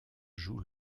joue